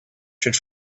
should